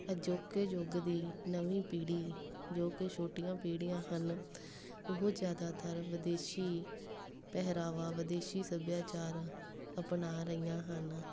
ਅਜੋਕੇ ਯੁੱਗ ਦੀ ਨਵੀਂ ਪੀੜ੍ਹੀ ਜੋ ਕਿ ਛੋਟੀਆਂ ਪੀੜ੍ਹੀਆਂ ਹਨ ਉਹ ਜ਼ਿਆਦਾਤਰ ਵਿਦੇਸ਼ੀ ਪਹਿਰਾਵਾ ਵਿਦੇਸ਼ੀ ਸੱਭਿਆਚਾਰ ਅਪਣਾ ਰਹੀਆਂ ਹਨ